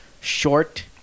short